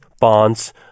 bonds